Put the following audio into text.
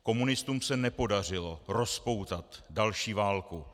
Komunistům se nepodařilo rozpoutat další válku.